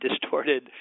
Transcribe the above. distorted